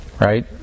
right